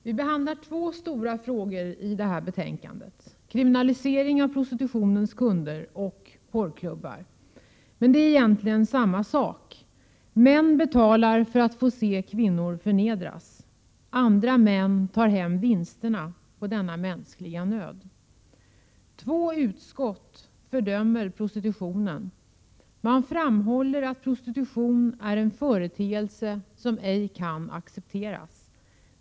Vi behandlar två stora frågor i detta betänkande, kriminalisering av beteendet hos prostitutionens kunder och existensen av porrklubbar. Men det är egentligen samma sak. Män betalar för att få se kvinnor förnedras. Andra män tar hem vinsterna på denna mänskliga nöd. Två utskott fördömer prostitutionen. Man framhåller att prostitution är en företeelse som ej kan accepteras.